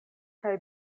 kaj